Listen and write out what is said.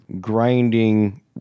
grinding